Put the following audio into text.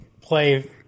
play